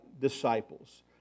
disciples